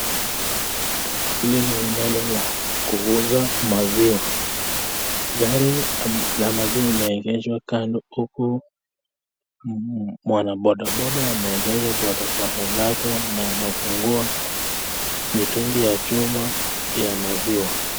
Hili ni eneo la kuuza maziwa, gari la maziwa limeegeshwa kando, huku mwanabodaboda ameegesha bodaboda lake na anafungua mitungi ya chuma la maziwa.